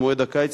במועד הקיץ,